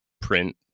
print